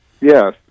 Yes